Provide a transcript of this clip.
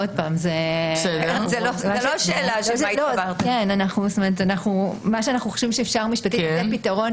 מה שאנחנו חושבים שאפשר משפטית זה פתרון